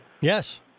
yes